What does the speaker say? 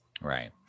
Right